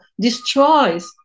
destroys